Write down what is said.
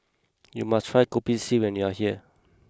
you must try Kopi C when you are here